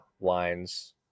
lines